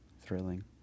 thrilling